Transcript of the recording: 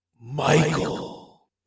Michael